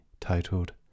titled